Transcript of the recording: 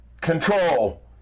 Control